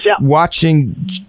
watching